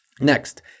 Next